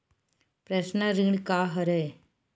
Personal ऋण का हरय?